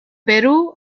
perú